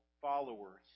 followers